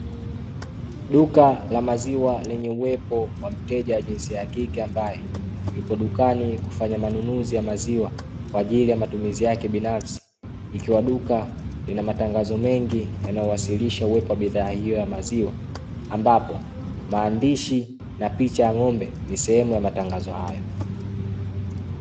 Duka la maziwa lenye uwepo wa mteja jinsia ya kike, ambaye yupo dukani kufanya manunuzi ya maziwa kwa ajili ya matumizi yake binafsi, ikiwa duka lina matangazo mengi yanayoyowasilisha uwepo wa bidhaa hiyo ya maziwa, ambapo maandishi na picha ya ng'ombe ni sehemu ya matangazo hayo.